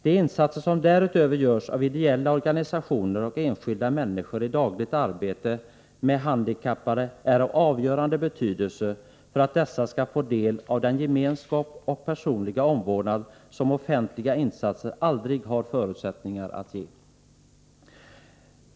De insatser som därutöver görs av ideella organisationer och enskilda människor i dagligt arbete med handikappade är av avgörande betydelse för att dessa skall få del av den gemenskap och personliga omvårdnad som offentliga insatser aldrig har förutsättningar att ge.